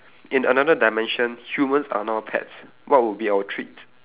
in another dimension humans are now pets what would be our treat